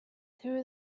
through